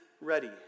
ready